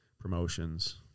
promotions